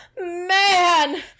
man